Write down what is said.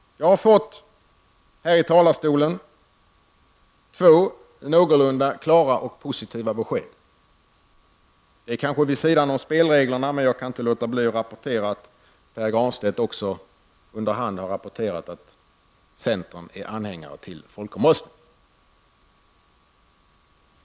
Jag har fått två någorlunda klara och positiva besked. Det är kanske vid sidan av spelreglerna, men jag kan inte låta bli att rapportera att Pär Granstedt under hand har rapporterat att också centern är anhängare till folkomröstning.